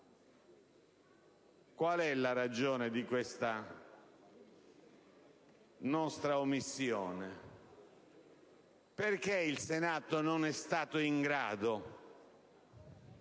Qual è la ragione di questa nostra omissione? Perché il Senato non è stato in grado